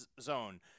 zone